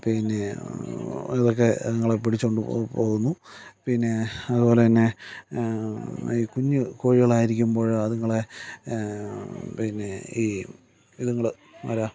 പിന്നെ അതൊക്കെ അതുങ്ങളെ പിടിച്ചുകൊണ്ട് പോകുന്നു പിന്നെ അതുപോലെ തന്നെ ഈ കുഞ്ഞു കോഴികളായിരിക്കുമ്പോൾ അതുങ്ങളെ പിന്നെ ഈ ഇതുങ്ങൾ ആരാ